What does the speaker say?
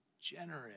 generous